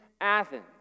Athens